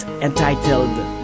entitled